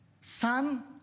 son